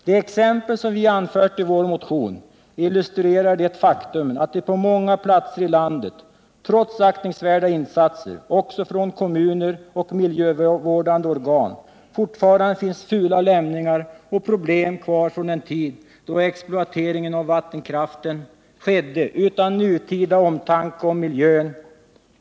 De exempel som vi anfört i vår motion illustrerar det faktum att det på många platser i landet, trots aktningsvärda insatser också från kommuner och miljövårdande organ, fortfarande finns fula lämningar och problem kvar från den tid, då exploateringen av vattenkraften skedde utan nutida omtanke om miljön.